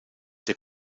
der